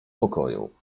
pokoju